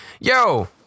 Yo